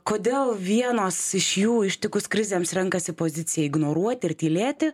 kodėl vienos iš jų ištikus krizėms renkasi poziciją ignoruoti ir tylėti